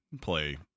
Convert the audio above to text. play